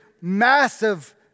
massive